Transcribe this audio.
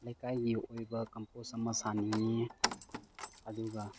ꯂꯩꯀꯥꯏꯒꯤ ꯑꯣꯏꯕ ꯀꯝꯄꯣꯁ ꯑꯃ ꯁꯥꯅꯤꯡꯉꯤ ꯑꯗꯨꯒ